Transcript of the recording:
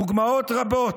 הדוגמאות רבות.